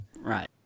Right